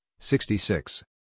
66